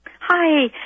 Hi